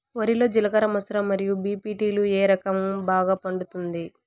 వరి లో జిలకర మసూర మరియు బీ.పీ.టీ లు ఏ రకం బాగా పండుతుంది